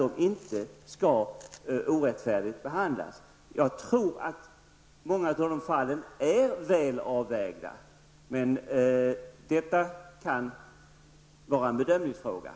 Man måste väl ändå förutsätta -- eller gör inte Gösta Lyngå det -- att en person som har vunnit en skatteprocess är oskyldig?